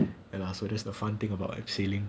ya lah so that's the fun thing about abseiling